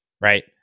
right